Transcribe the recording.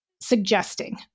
suggesting